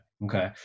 okay